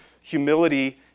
humility